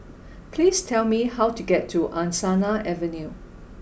please tell me how to get to Angsana Avenue